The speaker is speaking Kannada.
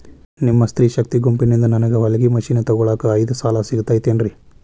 ನಿಮ್ಮ ಸ್ತ್ರೇ ಶಕ್ತಿ ಗುಂಪಿನಿಂದ ನನಗ ಹೊಲಗಿ ಮಷೇನ್ ತೊಗೋಳಾಕ್ ಐದು ಸಾಲ ಸಿಗತೈತೇನ್ರಿ?